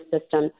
system